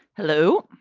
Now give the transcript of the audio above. hello.